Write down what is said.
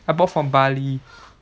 I bought from bali